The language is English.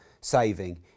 saving